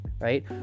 right